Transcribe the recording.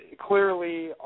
clearly